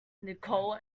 nicole